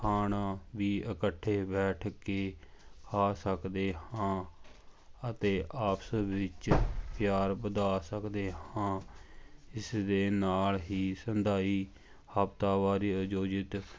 ਖਾਣਾ ਵੀ ਇਕੱਠੇ ਬੈਠ ਕੇ ਖਾ ਸਕਦੇ ਹਾਂ ਅਤੇ ਆਪਸ ਵਿੱਚ ਪਿਆਰ ਵਧਾ ਸਕਦੇ ਹਾਂ ਇਸ ਦੇ ਨਾਲ ਹੀ ਸੰਧਾਈ ਹਫ਼ਤਾਵਾਰੀ ਆਯੋਜਿਤ